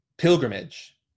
pilgrimage